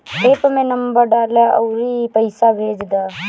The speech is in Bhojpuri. एप्प में नंबर डालअ अउरी पईसा भेज दअ